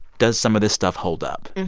does some of this stuff hold up?